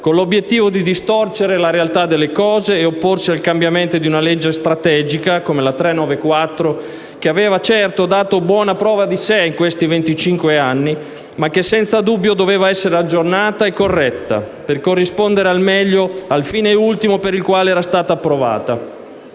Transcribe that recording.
con l'obiettivo di distorcere la realtà delle cose e opporsi al cambiamento di una legge strategica come la n. 394, che aveva, certo, dato buona prova di sé in questi venticinque anni, ma che senza dubbio doveva essere aggiornata e corretta per corrispondere al meglio al fine ultimo per il quale era stata approvata: